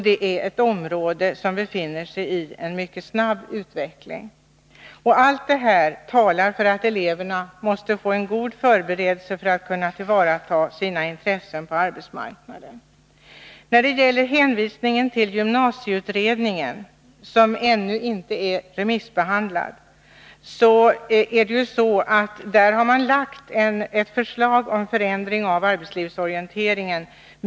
Det är ett område som befinner sig i mycket snabb utveckling. Allt detta talar för att eleverna måste få en god förberedelse för att kunna tillvarata sina intressen på arbetsmarknaden. När det gäller hänvisningen till gymnasieutredningen, som ännu inte är remissbehandlad, vill jag framhålla att man där har lagt fram ett förslag om förändring av arbetslivsorienteringen.